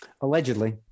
Allegedly